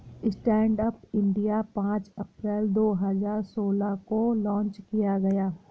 stand up India पांच अप्रैल दो हजार सोलह को लॉन्च किया गया